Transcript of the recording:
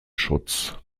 schutz